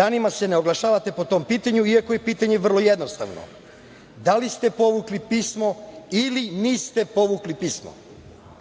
Danima se ne oglašavate po tom pitanju, iako je pitanje vrlo jednostavno - da li ste povukli pismo ili niste povukli pismo? Drugo